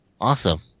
Awesome